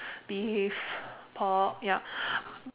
beef pork yup